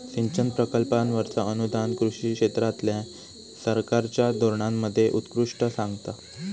सिंचन प्रकल्पांवरचा अनुदान कृषी क्षेत्रातल्या सरकारच्या धोरणांमध्ये उत्कृष्टता सांगता